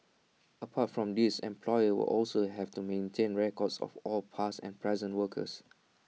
apart from these employers will also have to maintain records of all past and present workers